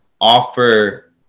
offer